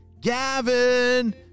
Gavin